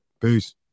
Peace